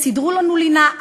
סידרו לנו לינה,